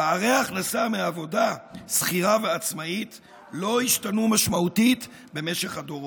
פערי הכנסה מעבודה שכירה ועצמאית לא השתנו משמעותית במשך הדורות.